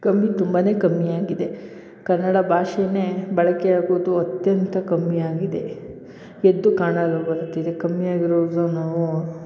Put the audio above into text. ಕಮ್ಮಿ ತುಂಬ ಕಮ್ಮಿ ಆಗಿದೆ ಕನ್ನಡ ಭಾಷೆನೇ ಬಳಕೆಯಾಗುವುದು ಅತ್ಯಂತ ಕಮ್ಮಿಯಾಗಿದೆ ಎದ್ದು ಕಾಣಲುವಂತಿದೆ ಕಮ್ಮಿ ಆಗಿರೋದೂ